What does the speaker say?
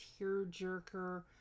tearjerker